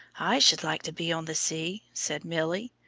i should like to be on the sea, said milly.